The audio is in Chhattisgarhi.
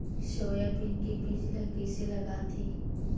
सोयाबीन के बीज ल कइसे लगाथे?